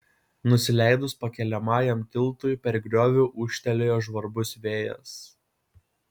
nusileidus pakeliamajam tiltui per griovį ūžtelėjo žvarbus vėjas